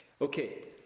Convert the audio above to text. Okay